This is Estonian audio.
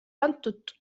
antud